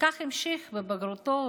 וכך המשיך בבגרותו,